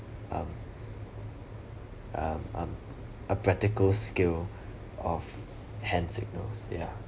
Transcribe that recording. um um um a practical skill of hand signals ya